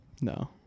No